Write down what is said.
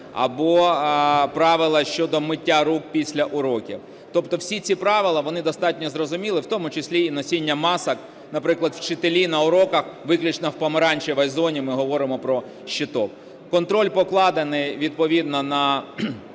або правила щодо миття рук після уроків. Тобто всі ці правила, вони достатньо зрозумілі, в тому числі і носіння масок. Наприклад, вчителі на уроках, виключно в помаранчевій зоні ми говоримо про щиток. Контроль покладено відповідно на